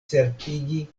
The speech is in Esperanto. certigi